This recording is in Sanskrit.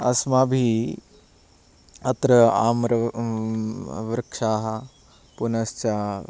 अस्माभिः अत्र आम्र वृक्षाः पुनश्च